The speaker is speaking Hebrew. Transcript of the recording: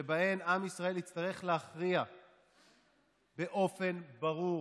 שבהן עם ישראל יצטרך להכריע באופן ברור